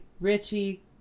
Richie